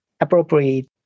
appropriate